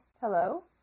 Hello